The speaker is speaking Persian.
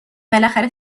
بالاخره